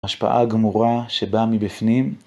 השפעה הגמורה שבאה מבפנים